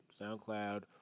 SoundCloud